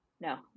No